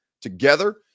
together